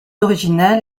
originale